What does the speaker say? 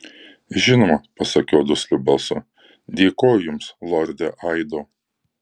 žinoma pasakiau dusliu balsu dėkoju jums lorde aido